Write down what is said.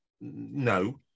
No